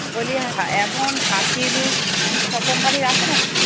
বলি হ্যা Avon Hercules এসব কোম্পানির আছে না কি